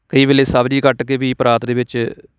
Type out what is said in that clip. ਕਈ ਵੇਲੇ ਸਬਜ਼ੀ ਕੱਟ ਕੇ ਵੀ ਪਰਾਤ ਦੇ ਵਿੱਚ